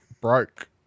broke